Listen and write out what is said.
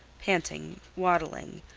panting, waddling,